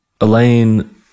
Elaine